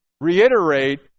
reiterate